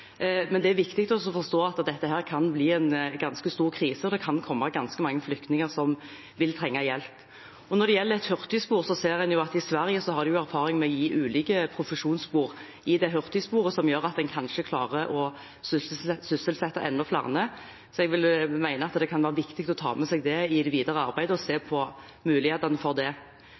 men det er viktig å forstå at dette kan bli en ganske stor krise. Det kan komme ganske mange flyktninger som vil trenge hjelp. Når det gjelder et hurtigspor, ser en at i Sverige har de erfaring med å ha ulike profesjonsspor i dette hurtigsporet, som gjør at en kanskje klarer å sysselsette enda flere. Så jeg vil mene at det kan være viktig å ta det med seg i det videre arbeidet og se på mulighetene for det.